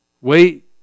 Wait